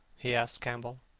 he asked campbell.